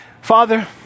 Father